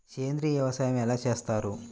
సేంద్రీయ వ్యవసాయం ఎలా చేస్తారు?